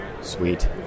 Sweet